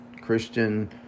Christian